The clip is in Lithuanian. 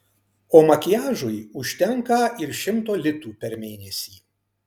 o makiažui užtenka ir šimto litų per mėnesį